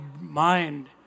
mind